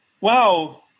wow